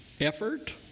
effort